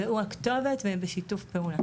והוא הכתובת, והם בשיתוף פעולה.